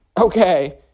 Okay